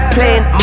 Playing